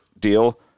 deal